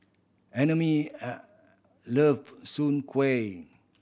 Emery an love Soon Kuih